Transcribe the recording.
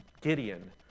Gideon